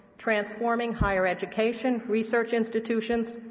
transforming higher education, research institutions,